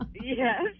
Yes